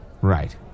Right